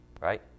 right